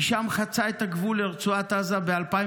הישאם חצה את הגבול לרצועת עזה ב-2015,